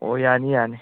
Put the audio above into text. ꯑꯣ ꯌꯥꯅꯤ ꯌꯥꯅꯤ